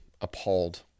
appalled